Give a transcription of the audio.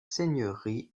seigneurie